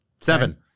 Seven